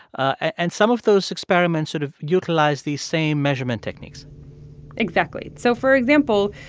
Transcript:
and some of those experiments sort of utilized these same measurement techniques exactly. so for example,